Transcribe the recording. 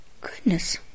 Goodness